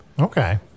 Okay